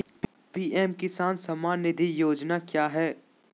PM Kisan Samman Nidhi Yojana क्या है?